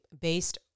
based